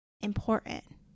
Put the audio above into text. important